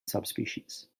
subspecies